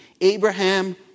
Abraham